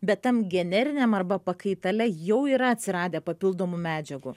bet tam generiniam arba pakaitale jau yra atsiradę papildomų medžiagų